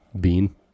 Bean